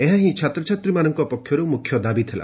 ଏହା ହିଁ ଛାତ୍ରଛାତ୍ରୀମାନଙ୍କ ପକ୍ଷରୁ ମୁଖ୍ୟ ଦାବି ଥିଲା